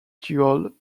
dual